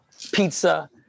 pizza